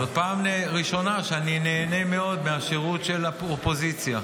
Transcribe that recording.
פעם ראשונה שאני נהנה מאוד מהשירות של האופוזיציה.